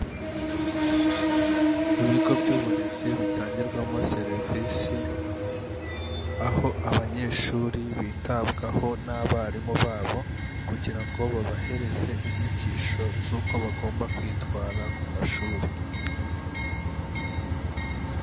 Ibigo by'uburezi bitangirwamo serivisi, aho abanyeshuri bitabwaho n'abarimu babo kugira ngo babahereze inyigisho z'uko bagomba kwitwara ku mashuri.